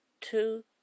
two